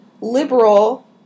liberal